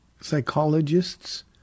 psychologists